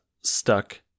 stuck